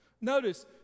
Notice